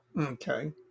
Okay